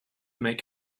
make